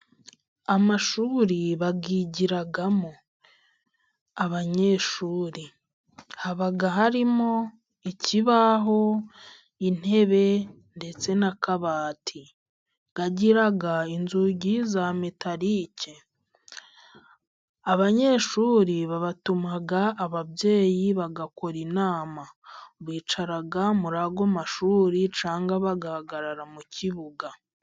Amashuri bayigiramo, abanyeshuri, haba harimo: ikibaho, intebe, ndetse n'akabati agira inzugi za metarike, abanyeshuri babatuma ababyeyi bagakora inama, bicara muri ayo amashuri cyangwa bagahagarara mu kibuga.